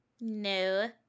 No